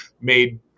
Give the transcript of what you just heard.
made